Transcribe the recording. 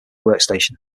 workstation